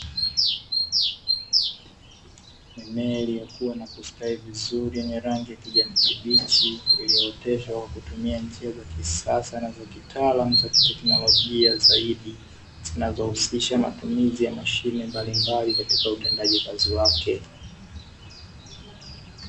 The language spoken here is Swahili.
Mimea iliyokuwa na kustawi vizuri yenye rangi ya kijani kibichi iliyooteshwa kwa kutumia njia za kisasa na za kitaalamu za kiteknolojia zaidi zinazohusisha matumizi ya mashine mbalimbalikatika utendaji kazi wake.